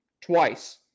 twice